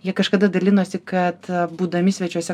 jie kažkada dalinosi kad būdami svečiuose